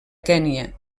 kenya